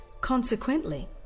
consequently